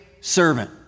servant